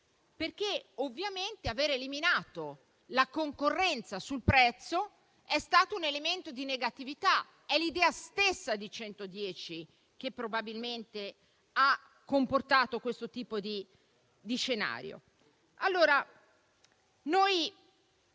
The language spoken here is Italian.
perché avere eliminato la concorrenza sul prezzo è stato un elemento di negatività. È l'idea stessa del superbonus 110 che probabilmente ha comportato questo tipo di scenario.